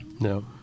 No